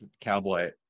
cowboy